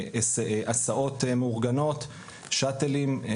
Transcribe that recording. הסעות מאורגנות ושאטלים.